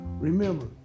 Remember